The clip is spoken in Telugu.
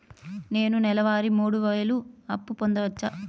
నేను నెల వారి మూడు వేలు అప్పు పొందవచ్చా?